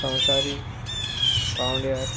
संवसारीक पांवड्यार